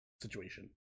situation